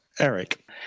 Eric